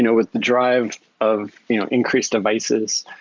you know with the drive of increased devices,